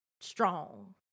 strong